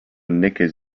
knickers